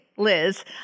Liz